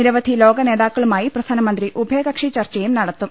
നിരവധി ലോകനേതാക്കളുമായി പ്രധാനമന്ത്രി ഉഭയകക്ഷി ചർച്ചയും നടത്തും